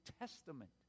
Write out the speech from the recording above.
Testament